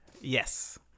Yes